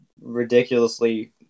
ridiculously